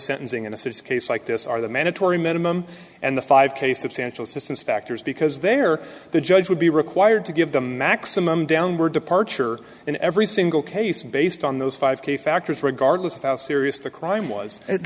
sentencing in a serious case like this are the mandatory minimum and the five k substantial systems factors because they are the judge would be required to give the maximum downward departure in every single case based on those five key factors regardless of how serious the crime was